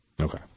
Okay